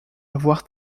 avoir